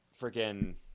Freaking